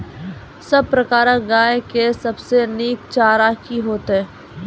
सब प्रकारक गाय के सबसे नीक चारा की हेतु छै?